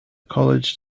college